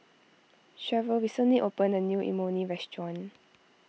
Sharyl recently opened a new Imoni Restaurant